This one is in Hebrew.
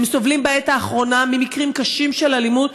הם סובלים בעת האחרונה ממקרים קשים של אלימות.